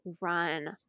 Run